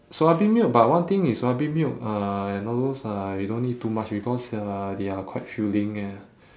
soya bean milk but one thing is soya bean milk uh and all those uh you don't need too much because uh they are quite filling and